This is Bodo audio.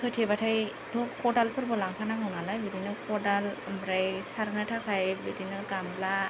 खोथेब्लाथायथ' खदालफोरबो लांफानांगौ नालाय बिदिनो खदाल ओमफ्राय सारनो थाखाय बिदिनो गामला